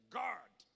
guard